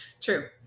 True